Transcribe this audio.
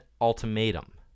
Ultimatum